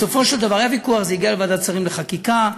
היה ויכוח, זה הגיע לוועדת שרים לחקיקה.